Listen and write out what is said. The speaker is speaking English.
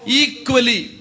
equally